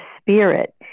spirit